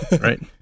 right